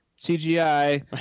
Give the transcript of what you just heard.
cgi